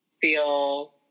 feel